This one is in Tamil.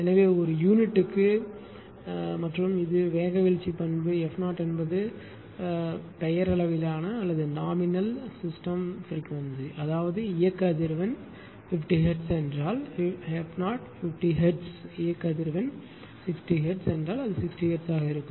எனவே ஒரு யூனிட்டுக்கு 1 மற்றும் இது வேக வீழ்ச்சி பண்பு f 0 என்பது பெயரளவிலான கணினி அதிர்வெண் அதாவது இயக்க அதிர்வெண் 50 ஹெர்ட்ஸ் என்றால் f 0 50 ஹெர்ட்ஸ் இயக்க அதிர்வெண் 60 ஹெர்ட்ஸ் என்றால் அது 60 ஹெர்ட்ஸ் இருக்கும்